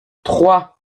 trois